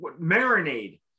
marinade